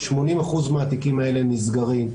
80% מהתיקים האלה נסגרים.